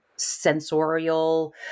sensorial